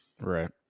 Right